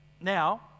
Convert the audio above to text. now